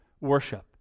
worship